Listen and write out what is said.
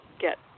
get